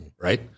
right